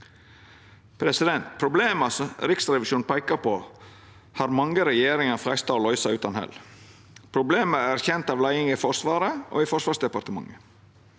er i bruk. Problema som Riksrevisjonen peiker på, har mange regjeringar freista å løysa – utan hell. Problemet er kjent av leiinga i Forsvaret og Forsvarsdepartementet.